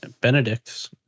Benedict's